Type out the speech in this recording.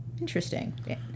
Interesting